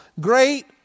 great